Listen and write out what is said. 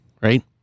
right